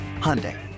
Hyundai